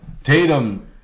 Tatum